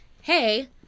hey